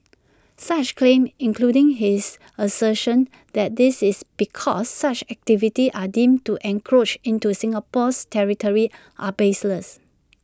such claims including his assertion that this is because such activities are deemed to encroach into Singapore's territory are baseless